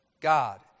God